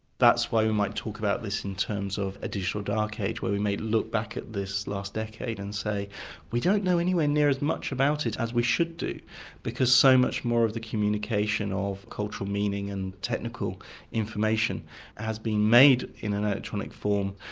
that's why we might talk about this in terms of a digital dark age where we may look back at this last decade and say we don't know anywhere near as much about it as we should do because so much more of the communication of cultural meaning and technical information has been made in an electronic form,